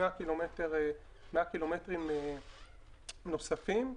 100 ק"מ נוספים.